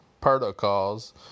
protocols